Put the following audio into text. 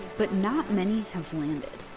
but not many have landed.